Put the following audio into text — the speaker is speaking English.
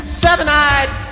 seven-eyed